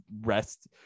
rest